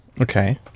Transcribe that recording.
Okay